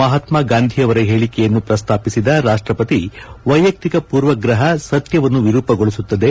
ಮಹಾತ್ಮ ಗಾಂಧಿಯವರ ಹೇಳಿಕೆಯನ್ನು ಪ್ರಸ್ತಾಪಿಸಿದ ರಾಷ್ಟಪತಿ ವೈಯಕ್ತಿಕ ಪೂರ್ವಗ್ರಹ ಸತ್ಯವನ್ನು ವಿರೂಪಗೊಳಿಸುತ್ತದೆ